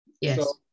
Yes